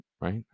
right